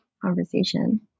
conversation